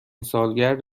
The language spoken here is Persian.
سالگرد